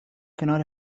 کنار